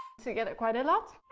together quite a lot